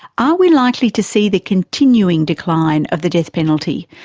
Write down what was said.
are we likely to see the continuing decline of the death penalty,